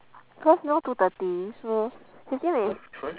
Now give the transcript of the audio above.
cause now two thirty so fifteen min~